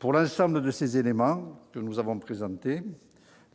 de l'ensemble des éléments que j'ai présentés,